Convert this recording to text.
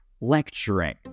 lecturing